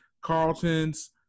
Carlton's